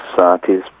societies